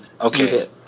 Okay